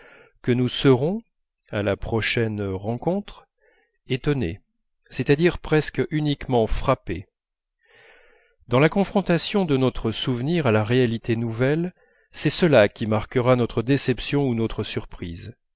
que nous serons à la prochaine rencontre étonnés c'est-à-dire presque uniquement frappés dans la confrontation de notre souvenir à la nouvelle réalité c'est cela qui marquera notre déception ou notre surprise